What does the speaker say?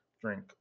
drink